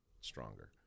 stronger